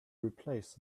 replace